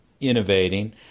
innovating